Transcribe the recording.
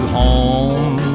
home